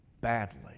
badly